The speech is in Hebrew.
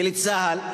לצה"ל,